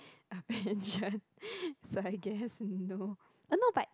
a pension so I guess no I know but